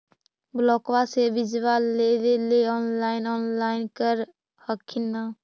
ब्लोक्बा से बिजबा लेबेले ऑनलाइन ऑनलाईन कर हखिन न?